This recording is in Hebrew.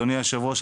אדוני היושב-ראש,